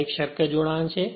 આ 1 શક્ય જોડાણ છે